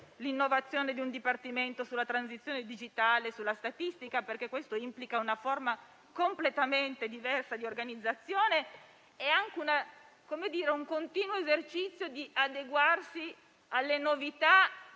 la novità di un dipartimento dedicato alla transizione digitale e alla statistica, perché questo implica una forma completamente diversa di organizzazione e anche un continuo esercizio nell'adeguarsi alle novità,